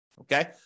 okay